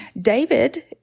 David